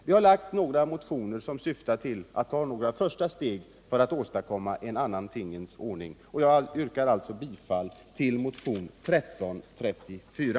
Vi har väckt några motioner som syftar till att ta de första stegen för att åstadkomma en annan tingens ordning. Jag yrkar alltså bifall till motionen 1334.